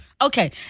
Okay